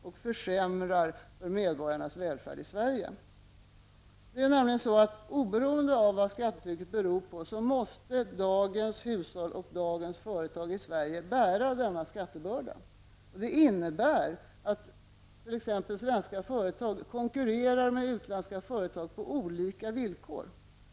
De försämrar för medborgarnas välfärd i Sverige. Det är nämligen så att oberoende av vad skattetrycket beror på måste dagens hushåll och dagens företag i Sverige bära denna skattebörda. Det innebär att t.ex. svenska företag konkurrerar med utländska företag på olika villkor.